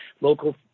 local